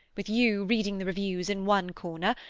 with you reading the reviews in one corner,